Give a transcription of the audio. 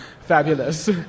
fabulous